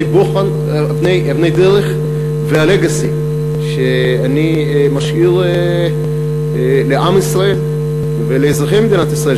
דרך וה-legacy שאני משאיר לעם ישראל ולאזרחי מדינת ישראל,